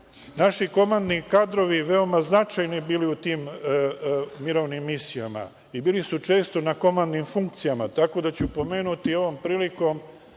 naši komandni kadrovi veoma značajni bili u tim mirovnim misijama i bili su često na komandnim funkcijama. Tako da ću pomenuti ovom prilikom